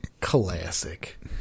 Classic